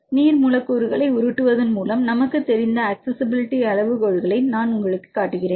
நீர் மூலக்கூறுகளை உருட்டுவதன் மூலம் நமக்குத் தெரிந்த அக்சஸிஸிபிலிட்டி அளவுகோல்களை நான் உங்களுக்குக் காட்டுகிறேன்